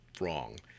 wrong